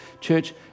Church